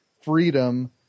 freedom